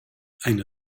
eine